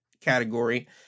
category